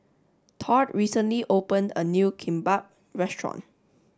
Todd recently opened a new Kimbap restaurant